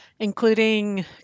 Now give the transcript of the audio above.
Including